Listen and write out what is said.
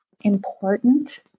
important